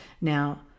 Now